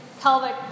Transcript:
pelvic